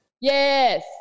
yes